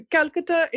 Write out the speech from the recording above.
Calcutta